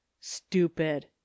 stupid